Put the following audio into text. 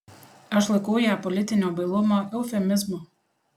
aš laikau ją politinio bailumo eufemizmu